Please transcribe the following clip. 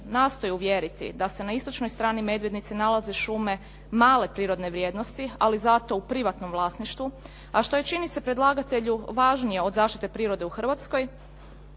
nastoji uvjeriti da se na istočnoj strani Medvednice nalaze šume male prirodne vrijednosti ali zato u privatnom vlasništvu a što je čini se predlagatelju važnije od zaštite prirode u Hrvatskoj